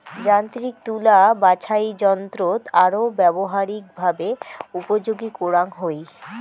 যান্ত্রিক তুলা বাছাইযন্ত্রৎ আরো ব্যবহারিকভাবে উপযোগী করাঙ হই